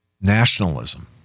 nationalism